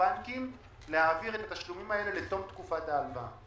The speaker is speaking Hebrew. הבנקים להעביר את התשלומים האלה לתוך תקופת ההלוואה?